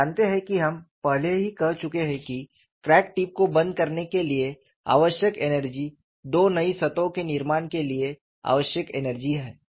आप जानते हैं कि हम पहले ही कह चुके हैं कि क्रैक टिप को बंद करने के लिए आवश्यक एनर्जी दो नई सतहों के निर्माण के लिए आवश्यक एनर्जी है